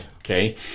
Okay